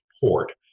port